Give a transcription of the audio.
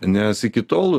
nes iki tol